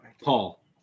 Paul